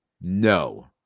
No